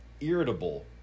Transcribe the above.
irritable